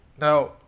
Now